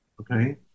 okay